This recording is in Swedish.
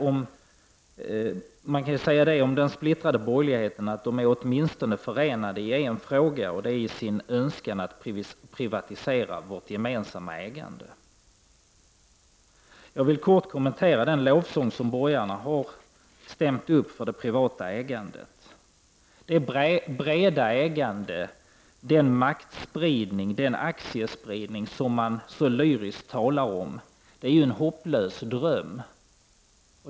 Om den splittrade borgerligheten kan man säga att den åtminstone är förenad i en fråga, nämligen i önskan att privatisera vårt gemensamma ägande. Jag skall kortfattat kommentera den lovsång som de borgerliga har stämt upp för det privata ägandet. Det breda ägande, den maktspridning och den aktiespridning som man så lyriskt talar om är en hopplös dröm.